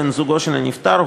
בן-זוגו של הנפטר,